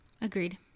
Agreed